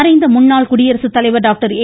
மறைந்த முன்னாள் குடியரசுத்தலைவர் டாக்டர் ஏ